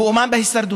הוא אומן בהישרדות,